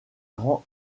grands